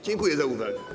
Dziękuję za uwagę.